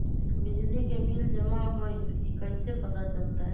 बिजली के बिल जमा होईल ई कैसे पता चलतै?